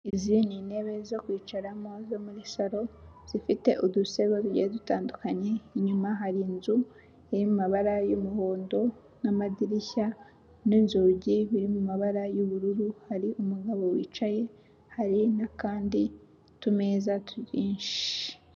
Izi ni intebe zo kwicaramo zo muri salo, zifite udusego tugiye dutandukanye, inyuma hari inzu iri mu mabara y'umuhondo n'amadirishya n'inzugi biri mu mabara y'ubururu, hari umuntu wicaye hari n'akandi tumeza tu inshi.